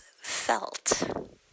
felt